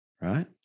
right